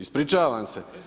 Ispričavam se.